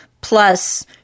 plus